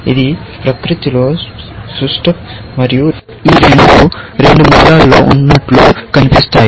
ఇది ప్రకృతిలో సుష్ట మరియు రెండూ రెండు మూలల్లో ఉన్నట్లు కనిపిస్తాయి